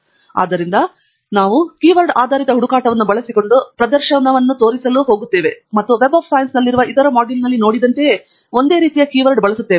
ಆದ್ದರಿಂದ ನಾವು ಕೀವರ್ಡ್ ಆಧಾರಿತ ಹುಡುಕಾಟವನ್ನು ಬಳಸಿಕೊಂಡು ಪ್ರದರ್ಶನವನ್ನು ತೋರಿಸಲು ಹೋಗುತ್ತೇವೆ ಮತ್ತು ನಾವು ವೆಬ್ ಆಫ್ ಸೈನ್ಸ್ನಲ್ಲಿರುವ ಇತರ ಮಾಡ್ಯೂಲ್ನಲ್ಲಿ ನೋಡಿದಂತೆಯೇ ಒಂದೇ ರೀತಿಯ ಕೀವರ್ಡ್ ಬಳಸುತ್ತೇವೆ